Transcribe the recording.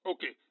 Okay